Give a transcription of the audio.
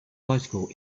bicycle